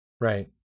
Right